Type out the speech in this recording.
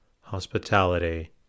hospitality